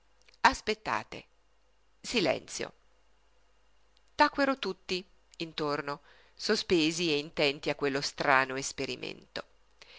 aspettate silenzio tacquero tutti intorno sospesi e intenti a quello strano esperimento